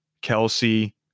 Kelsey